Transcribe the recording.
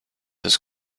this